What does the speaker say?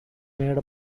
made